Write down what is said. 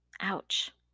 Ouch